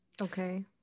Okay